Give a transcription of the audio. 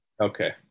Okay